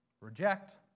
Reject